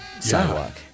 sidewalk